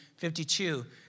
52